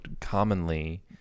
commonly